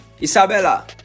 Isabella